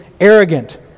arrogant